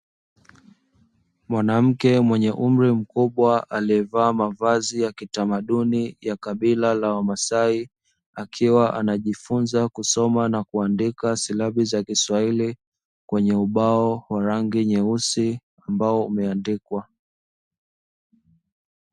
Mwanamke mwenye umri mkubwa, aliyevaa mavazi ya kitamaduni ya kabila la wamasai, akiwa anajifunza kusoma na kuandika silabi za kiswahili, kwenye ubao wa rangi nyeusi ambao umeandikwa.